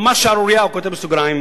ממש שערורייה", הוא כותב בסוגריים.